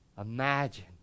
Imagine